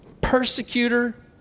persecutor